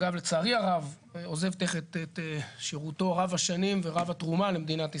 אמנם לצערי הרב עוזב את שירותו רב השנים ורב התרומה למדינת ישראל,